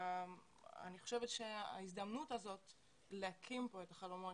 אני חושבת שההזדמנות הזאת לממש כאן את החלומות